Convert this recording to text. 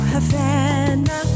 Havana